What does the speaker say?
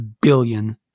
billion